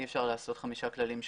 אי אפשר לעשות חמישה כללים שונים.